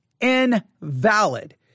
invalid